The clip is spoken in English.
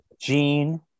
Gene